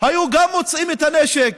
היו גם מוצאים את הנשק